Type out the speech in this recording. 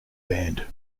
banned